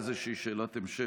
מקסימום תהיה איזושהי שאלת המשך,